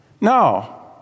No